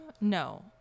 no